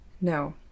No